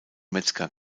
metzger